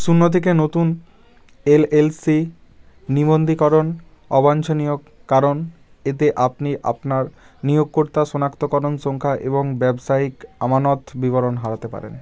শূন্য থেকে নতুন এলএলসি নিবন্ধীকরণ অবাঞ্ছনীয় কারণ এতে আপনি আপনার নিয়োগকর্তা শনাক্তকরণ সংখ্যা এবং ব্যবসায়িক আমানত বিবরণ হারাতে পারেন